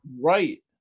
right